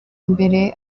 imbere